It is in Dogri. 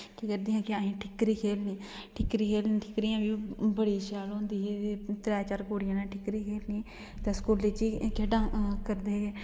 केह् करदियां हियां कि असें ई ठिक्करी खेलनी ठिक्करी खेलनी ठिक्करियां बी बड़ी शैल होंदी ही ते त्रै चार कुड़ियें नै ठिक्करी खेलनी ते स्कूलै च ई खेढां करदे हे